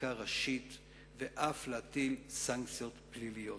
בחקיקה ראשית ואף להטיל סנקציות פליליות.